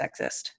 sexist